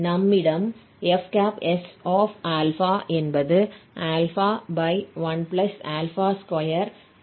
நம்மிடம் fs என்பது 12 காரணி 2 உடன் உள்ளன